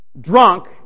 drunk